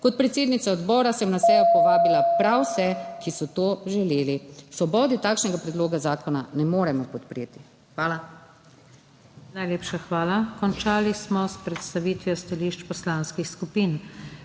Kot predsednica odbora sem na sejo povabila prav vse, ki so to želeli. V Svobodi takšnega predloga zakona ne moremo podpreti. Hvala. PODPREDSEDNICA NATAŠA SUKIČ: Najlepša hvala. Končali smo s predstavitvijo stališč poslanskih skupin.